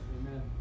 amen